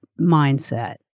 mindset